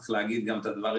צריך להגיד גם את הדברים,